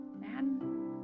man